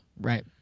Right